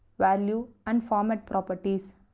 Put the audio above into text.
value and format properties.